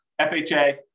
FHA